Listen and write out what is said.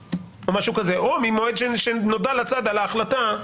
ההמצאה או משהו כזה; או ממועד שנודע לצד על ההחלטה,